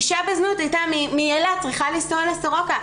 אישה בזנות מאילת צריכה לנסוע לסורוקה,